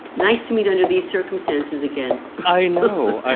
nice to meet under these circumstances again i know, i